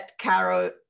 Caro